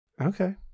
Okay